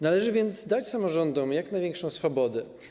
Należy więc dać samorządom jak największą swobodę.